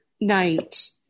night